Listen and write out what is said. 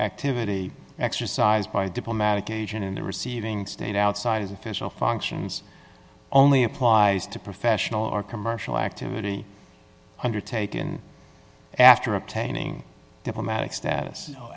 activity exercised by diplomatic agent in the receiving state outside of official functions only applies to professional or commercial activity undertaken after obtaining diplomatic status